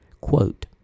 quote